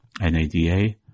N-A-D-A